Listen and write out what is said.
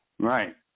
Right